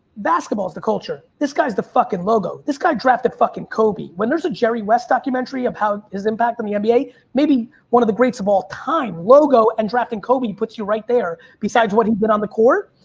basketball is the culture. this guy's the fucking logo. this guy drafted fucking kobe. when there's a jerry west documentary of how his impact on the nba, maybe one of the greats of all time logo and drafting kobe puts you right there besides what he'd been on the court.